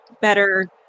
better